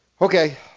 Okay